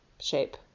shape